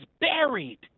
buried